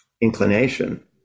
inclination